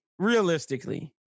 Realistically